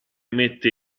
mette